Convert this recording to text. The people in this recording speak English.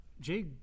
Jay